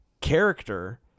character